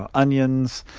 ah onions,